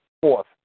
Fourth